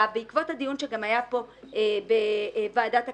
בעקבות הדיון שגם היה כאן בוועדת הכלכלה,